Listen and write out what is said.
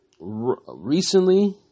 Recently